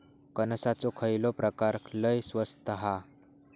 कणसाचो खयलो प्रकार लय स्वस्त हा?